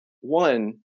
one